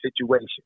situation